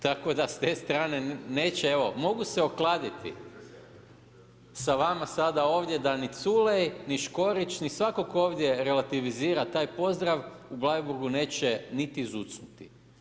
Tako da s te strane neće, evo, mogu se okladiti sa vama sada ovdje da ni Culej, ni Škorić ni svatko tko ovdje relativizira taj pozdrav u Bleiburgu neće niti zucnuti.